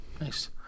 nice